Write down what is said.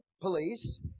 police